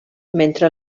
mentre